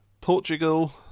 Portugal